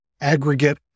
aggregate